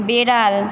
বিড়াল